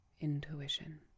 intuition